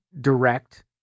direct